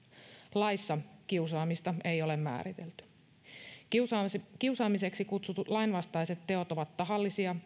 laissa kiusaamista ei ole määritelty kiusaamiseksi kutsutut lainvastaiset teot ovat tahallisia